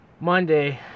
Monday